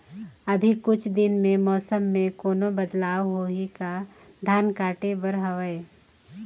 अभी कुछ दिन मे मौसम मे कोनो बदलाव होही का? धान काटे बर हवय?